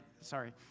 Sorry